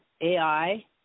ai